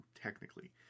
Technically